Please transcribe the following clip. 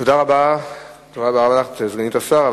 תודה רבה לך, סגנית השר.